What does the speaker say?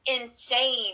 insane